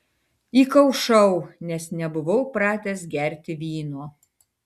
įkaušau nes nebuvau pratęs gerti vyno